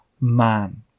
man